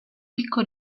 picco